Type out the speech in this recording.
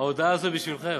היא בשבילכם,